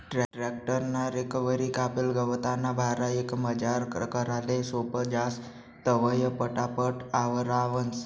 tractor ना रेकवरी कापेल गवतना भारा एकमजार कराले सोपं जास, तवंय पटापट आवरावंस